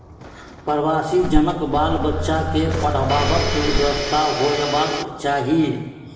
प्रवासी जनक बाल बच्चा के पढ़बाक व्यवस्था होयबाक चाही